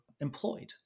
employed